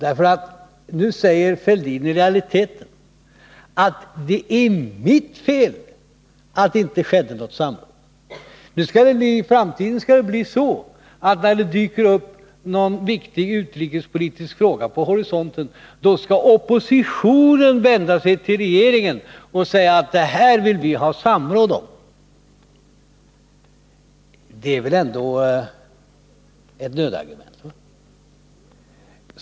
Nu säger Thorbjörn Fälldin i realiteten att det är mitt fel att det inte skedde något samråd. I framtiden skall det bli så att när det dyker upp någon viktig utrikespolitisk fråga vid horisonten skall oppositionen vända sig till regeringen och säga att detta vill vi ha samråd om. Det är väl ändå ett nödargument?